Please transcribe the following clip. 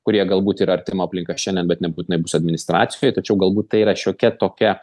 kurie galbūt yra artima aplinka šiandien bet nebūtinai bus administracijoj tačiau galbūt tai yra šiokia tokia